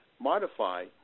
modify